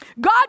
God